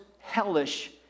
hellish